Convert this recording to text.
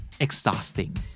exhausting